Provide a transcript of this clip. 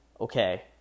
Okay